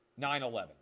9-11